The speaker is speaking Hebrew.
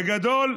בגדול,